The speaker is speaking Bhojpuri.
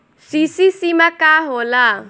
सी.सी सीमा का होला?